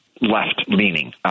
left-leaning